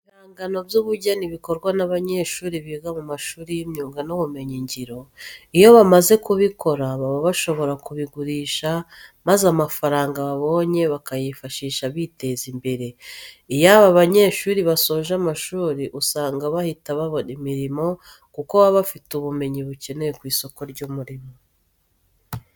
Ni ibihangano by'ubugeni bikorwa n'abanyeshuri biga mu mashuri y'imyuga n'ubumenyingiro. Iyo bamaze kubikora baba bashobora kubigurisha maza amafaranga babonye bakayifashisha biteza imbere. Iyo aba banyeshuri basoje amashuri usanga bahita babona imirimo kuko baba bafite ubumenyi bukenewe ku isoko ry'umurimo.